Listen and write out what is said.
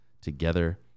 together